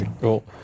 cool